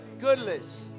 goodness